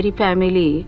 family